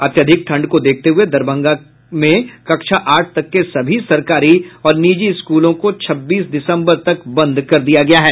अत्यधिक ठंड को देखते हुए दरभंगा के कक्षा आठ तक के सभी सरकारी और निजी स्कूलों को छब्बीस दिसंबर तक बंद कर दिया गया है